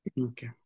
Okay